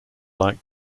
like